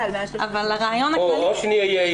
ש כרטיס כי זה נורא מורכב וזה עוד כאשר לפני סוף